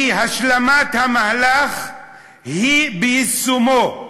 כי השלמת המהלך היא ביישומו,